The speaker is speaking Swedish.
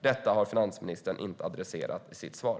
Detta har finansministern inte adresserat i sitt svar.